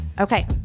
Okay